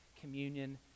communion